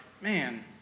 man